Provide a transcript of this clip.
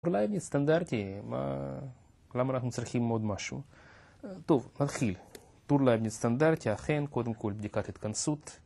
טור לייבניץ סטנדרטי, למה אנחנו צריכים עוד משהו? טוב נתחיל, טור לייבניץ סטנדרטי, אכן, קודם כל בדיקת התכנסות.